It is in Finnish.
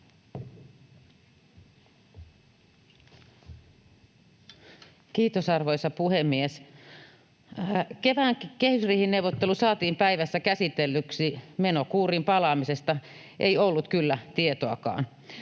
Kiitos, arvoisa puhemies! Kevään kehysriihineuvottelu saatiin päivässä käsitellyksi. Menokuriin palaamisesta ei ollut kyllä tietoakaan.